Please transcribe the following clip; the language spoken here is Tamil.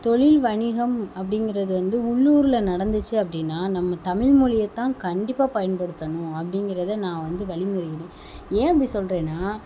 தொழில் வணிகம் அப்படிங்குறது வந்து உள்ளூரில் நடந்துச்சு அப்படின்னா நம்ம தமிழ் மொழியத்தான் கண்டிப்பாக பயன்படுத்தணும் அப்படிங்குறத நான் வந்து வழிமொழிகிறேன் ஏன் அப்படி சொல்கிறேன்னா